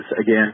again